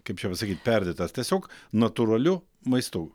kaip čia pasakyt perdėtas tiesiog natūraliu maistu